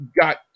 got